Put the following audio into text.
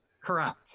correct